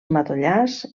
matollars